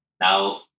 Now